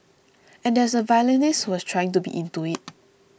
and there is a violinist who was trying to be into it